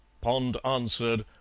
pond answered,